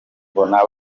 mbona